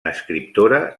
escriptora